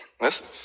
listen